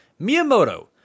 Miyamoto